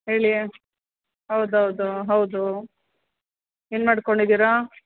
ಹೇಳಿ ಹೌದೌದು ಹೌದು ಏನು ಮಾಡ್ಕೊಂಡಿದ್ದೀರಾ